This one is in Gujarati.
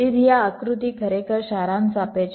તેથી આ આકૃતિ ખરેખર સારાંશ આપે છે